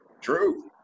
true